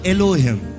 Elohim